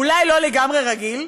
אולי לא לגמרי רגיל,